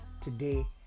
Today